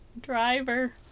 Driver